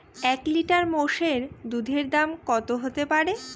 এক লিটার মোষের দুধের দাম কত হতেপারে?